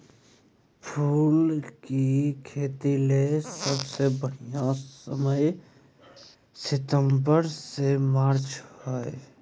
फूल के खेतीले सबसे बढ़िया समय सितंबर से मार्च हई